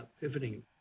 pivoting